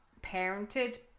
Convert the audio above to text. parented